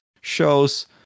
shows